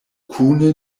kune